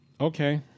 okay